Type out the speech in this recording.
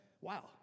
Wow